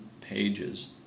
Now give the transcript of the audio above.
pages